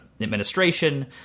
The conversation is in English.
administration